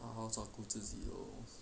好好照顾自己 lor